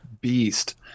beast